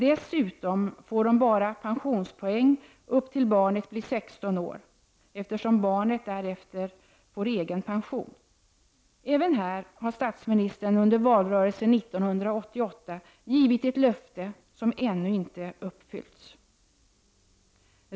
Dessutom får dessa föräldrar pensionspoäng bara till dess barnet fyller sexton år, eftersom barnet därefter får egen pension. Även här har statsministern under valrörelsen 1988 givit ett löfte som ännu inte uppfyllts.